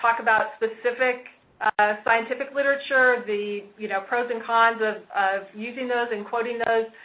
like about specific scientific literature, the, you know, pros and cons of of using those and quoting those.